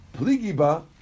Pligiba